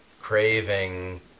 craving